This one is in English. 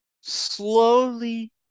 slowly